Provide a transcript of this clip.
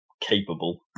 capable